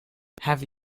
have